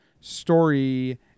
Story